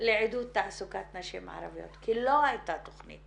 לעידוד תעסוקת נשים ערביות, כי לא הייתה תכנית